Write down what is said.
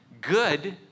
good